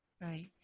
Right